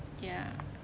ya